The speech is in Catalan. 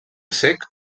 cec